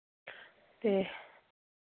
ते